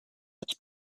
its